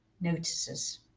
notices